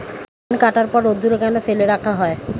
ধান কাটার পর রোদ্দুরে কেন ফেলে রাখা হয়?